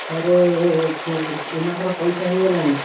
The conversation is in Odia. ସାର୍ ସେ ଏ ମାସର ପଇସା ହୋଇଗଲାଣି